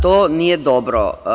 To nije dobro.